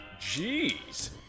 Jeez